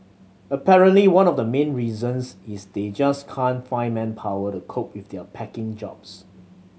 apparently one of the main reasons is they just can't find manpower to cope with their packing jobs